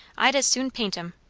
i'd as soon paint em.